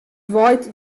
waait